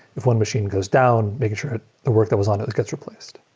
if one machine goes down, making sure the work that was on it gets replaced.